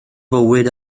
bywyd